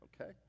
Okay